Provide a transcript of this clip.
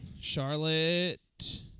Charlotte